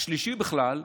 השלישי בכלל,